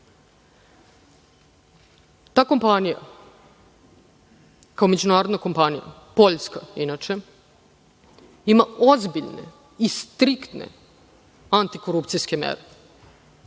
kompanija kao međunarodna kompanija, Poljska inače, ima ozbiljne i striktne antikorupcijske mere,